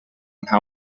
how